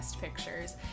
pictures